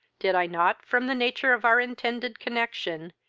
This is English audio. did i not, from the nature of our intended connexion,